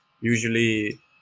usually